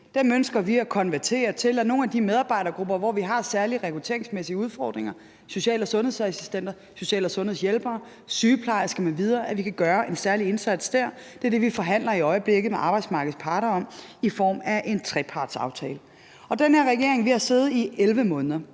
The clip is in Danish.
Dem ønsker vi at konvertere, så vi for nogle af de medarbejdergrupper, som vi har særlige rekrutteringsmæssige udfordringer med, f.eks. social- og sundhedsassistenter, social- og sundhedshjælpere, sygeplejersker m.v., kan gøre en særlig indsats. Det er det, vi i øjeblikket forhandler med arbejdsmarkedets parter om i form af en trepartsaftale. Den her regering har siddet i 11 måneder,